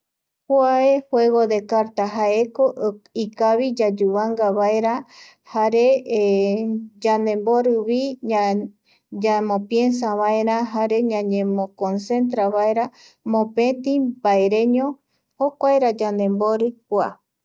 Kua juego de carta jaeko ikavi yayuvanga vaera, jare yandemborivi yamopíensa vaera jare ñañemoconcentra vaera mopeti mbaereño jokuaera yandembori kua